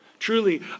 Truly